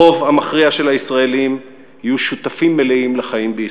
הרוב המכריע של הישראלים יהיו שותפים מלאים לחיים בישראל.